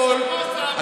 עכשיו לעניין הצעת החוק.